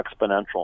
exponential